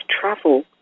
travel